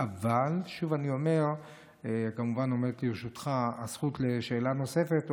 אבל שוב אני אומר שכמובן עומדת לרשותך הזכות לשאלה נוספת,